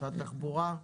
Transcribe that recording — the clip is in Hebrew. משרד התחבורה?